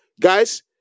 guys